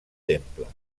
temple